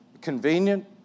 convenient